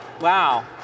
Wow